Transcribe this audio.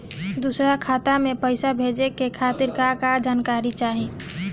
दूसर खाता में पईसा भेजे के खातिर का का जानकारी चाहि?